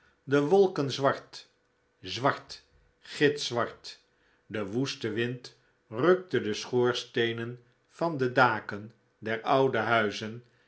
de wolken zwart zwart gitzwart de woeste wind rukte de schoorsteenen van de daken der oude huizen